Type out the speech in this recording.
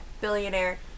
billionaire